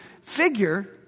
figure